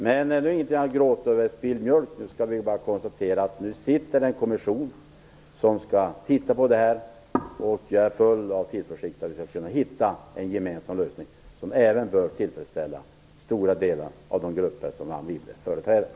Men man skall inte gråta över spilld mjölk. Vi konstaterar att det finns en kommission som skall titta på det här. Jag är full av tillförsikt att vi skall kunna hitta en gemensam lösning som även kan tillfredsställa stora delar av de grupper som Anne Wibble företräder.